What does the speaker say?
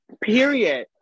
Period